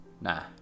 Nah